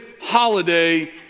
holiday